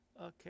okay